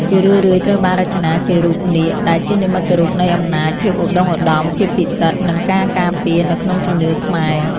ជារឿយៗត្រូវបានរចនាជារូប នាគ ដែលជានិមិត្តរូបនៃ អំណាច ភាពឧត្តុង្គឧត្តម ភាពពិសិដ្ឋ និងការការពារ នៅក្នុងជំនឿខ្មែរ។